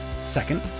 Second